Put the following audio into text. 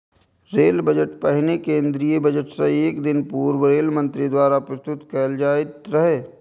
rail budget पहिने केंद्रीय budget सं एक दिन पूर्व रेल मंत्री द्वारा प्रस्तुत कैल जाइत रहै